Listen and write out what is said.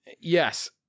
Yes